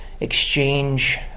exchange